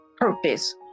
purpose